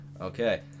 Okay